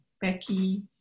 Becky